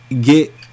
get